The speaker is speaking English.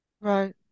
Right